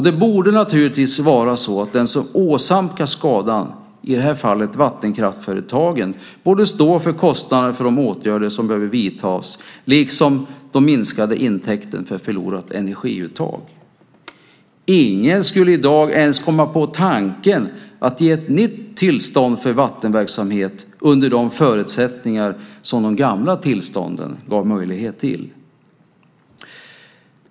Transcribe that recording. Det borde naturligtvis vara så att den som åsamkar skadan, i det här fallet vattenkraftföretagen, borde stå för kostnader för de åtgärder som behöver vidtas liksom de minskade intäkterna för förlorat energiuttag. Ingen skulle i dag ens komma på tanken att ge ett nytt tillstånd för vattenverksamhet under de förutsättningar som de gamla tillstånden gavs under.